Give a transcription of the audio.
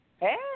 hey